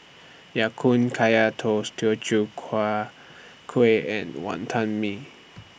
Ya Kun Kaya Toast Teochew Huat Kueh and Wonton Mee